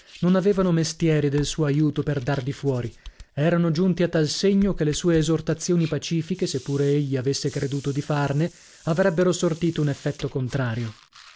non avevano mestieri del suo aiuto per dar di fuori erano giunti a tal segno che le sue esortazioni pacifiche se pure egli avesse creduto di farne avrebbero sortito un effetto contrario